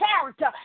character